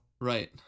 Right